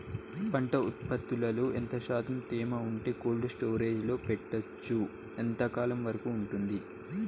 పంట ఉత్పత్తులలో ఎంత శాతం తేమ ఉంటే కోల్డ్ స్టోరేజ్ లో పెట్టొచ్చు? ఎంతకాలం వరకు ఉంటుంది